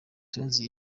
tonzi